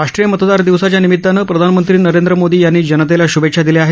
राष्ट्रीय मतदार दिवसाच्या निमितानं प्रधानमंत्री नरेंद्र मोदी यांनी जनतेला शुभेच्छा दिल्या आहेत